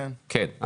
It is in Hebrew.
כן.